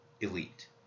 elite